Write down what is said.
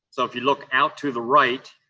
so, if you look out to the right,